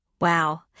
Wow